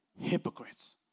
hypocrites